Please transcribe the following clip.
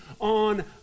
on